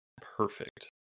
perfect